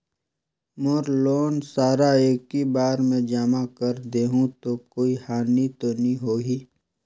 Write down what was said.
मोर loan सारा एकी बार मे जमा कर देहु तो कोई हानि तो नी होही?